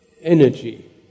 energy